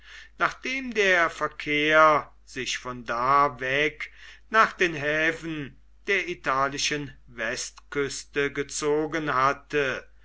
nachdem der verkehr sich von da weg nach den häfen der italischen westküste gezogen hatte